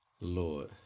lord